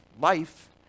life